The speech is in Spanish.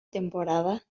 temporada